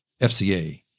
FCA